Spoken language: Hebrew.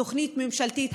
תוכנית ממשלתית,